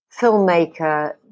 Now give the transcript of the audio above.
filmmaker